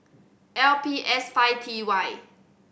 L P S five T Y